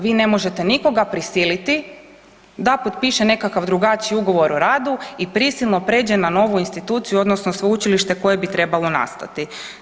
Vi ne možete nikoga prisiliti da potpiše nekakav drugačiji ugovor o radu i prisilno pređe na novu instituciju odnosno sveučilište koje bi trebalo nastati.